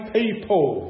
people